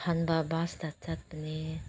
ꯑꯍꯥꯟꯕ ꯕꯁꯇ ꯆꯠꯄꯅꯦ